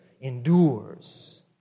endures